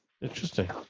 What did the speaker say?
Interesting